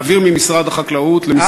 להעביר ממשרד החקלאות למשרדך.